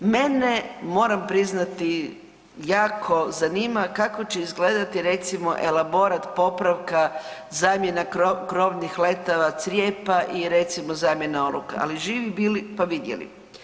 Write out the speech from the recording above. Mene, moram priznati, jako zanima kako će izgledati recimo elaborat popravka zamjena krovnih letava, crjepa i recimo zamjena oluka, ali živi bili pa vidjeli.